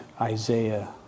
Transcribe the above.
Isaiah